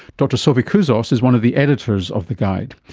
dr sophie couzos is one of the editors of the guide.